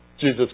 Jesus